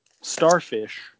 starfish